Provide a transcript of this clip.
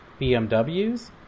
BMWs